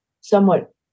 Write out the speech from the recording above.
somewhat